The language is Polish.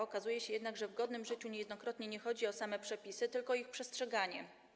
Okazuje się jednak, że w godnym życiu niejednokrotnie nie chodzi o same przepisy, tylko o ich przestrzeganie.